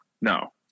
no